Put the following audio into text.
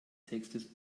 textes